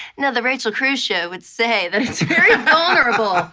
know the rachel cruze show would say that it's very vulnerable,